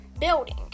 building